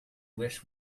wish